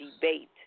debate